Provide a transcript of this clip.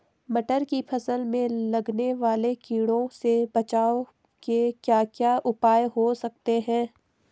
मटर की फसल में लगने वाले कीड़ों से बचाव के क्या क्या उपाय हो सकते हैं?